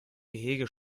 gehege